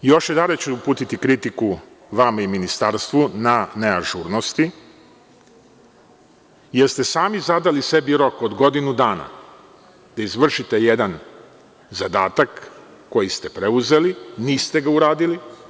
Još jedared ću uputiti kritiku vama i Ministarstvu na neažurnosti jer ste sami zadali sebi rok od godinu dana da izvršite jedan zadatak koji ste preuzeli, niste ga uradili.